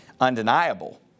undeniable